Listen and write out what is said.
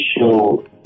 show